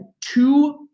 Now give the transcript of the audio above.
two